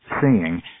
seeing